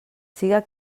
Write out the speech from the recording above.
siga